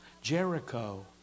Jericho